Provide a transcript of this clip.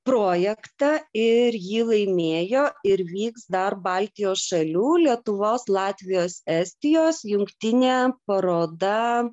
projektą ir jį laimėjo ir vyks dar baltijos šalių lietuvos latvijos estijos jungtinė paroda